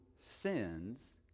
sins